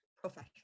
professional